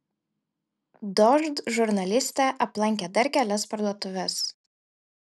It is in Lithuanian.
dožd žurnalistė aplankė dar kelias parduotuves